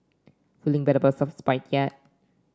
feeling bad about yet